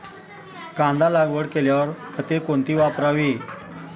कांदा लागवड केल्यावर खते कोणती वापरावी?